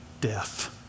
death